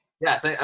Yes